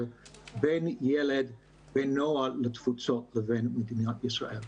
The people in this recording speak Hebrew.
בין ילד ונוער בתפוצות לבין מדינת ישראל.